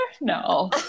No